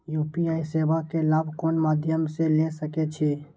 UPI सेवा के लाभ कोन मध्यम से ले सके छी?